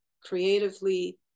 creatively